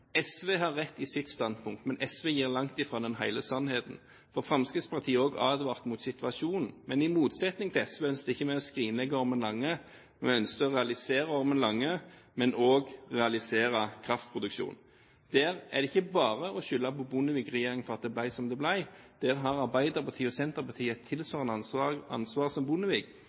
SV har rett i sitt standpunkt, men SV kommer langt ifra med hele sannheten. Fremskrittspartiet advarte også mot situasjonen. Men i motsetning til SV ønsket ikke vi å skrinlegge Ormen Lange. Vi ønsket å realisere Ormen Lange, men også å realisere kraftproduksjonen. Der er det ikke bare å skylde på Bondevik-regjeringen for at det ble som det ble. Der har Arbeiderpartiet og Senterpartiet et tilsvarende ansvar,